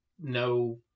no